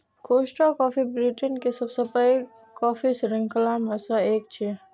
Costa Coffee Britain के सबसं पैघ कॉफी शृंखला मे सं एक छियै